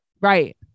Right